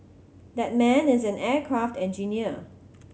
that man is an aircraft engineer